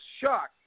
shocked